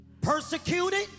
persecuted